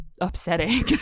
upsetting